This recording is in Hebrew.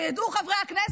וידעו חברי הכנסת: